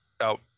out